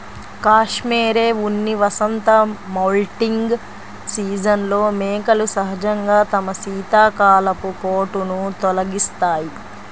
cashmere ఉన్ని వసంత moulting సీజన్లో మేకలు సహజంగా తమ శీతాకాలపు కోటును తొలగిస్తాయి